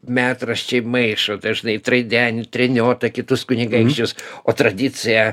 metraščiai maišo dažnai traidenį treniota kitus kunigaikščius o tradicija